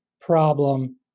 problem